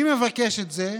מי מבקש את זה?